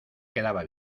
quedaba